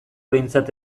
behintzat